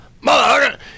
mother